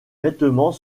vêtements